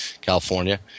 California